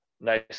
nice